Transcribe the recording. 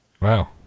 Wow